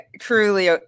truly